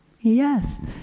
Yes